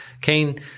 Cain